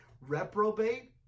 reprobate